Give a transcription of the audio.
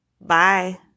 Bye